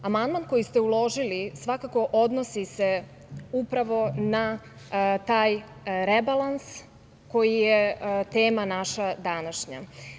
Amandman koji ste uložili svakako odnosi se upravo na taj rebalans koji je tema naša današnja.